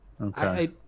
okay